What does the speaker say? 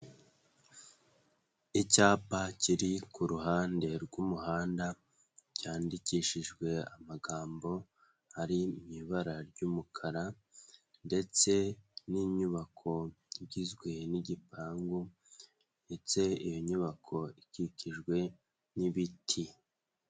Icyapa kiri ku ruhande rw'umuhanda cyandikishijwe amagambo ari mu ibara ry'umukara ndetse n'inyubako igizwe n'igipangu ndetse iyo nyubako ikikijwe n'ibiti.